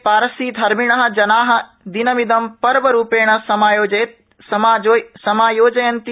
पारसी धर्मिणा जना दिनमिदं पर्वरूपेण समायोजयन्ति